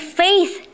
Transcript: faith